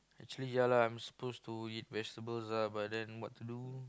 actually yeah lah I'm supposed to eat vegetables ah but what to do